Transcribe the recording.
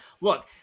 Look